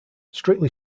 strictly